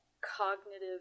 cognitive